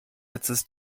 letztes